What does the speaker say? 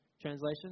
Translation